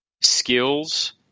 skills